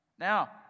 Now